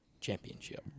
championship